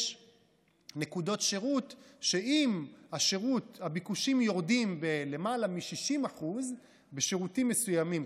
יש נקודות שירות שאם הביקושים יורדים ביותר מ-60% בשירותים מסוימים,